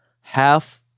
half